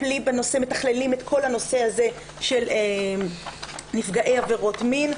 שמתכללים את כל הנושא הזה של נפגעי עבירות מין.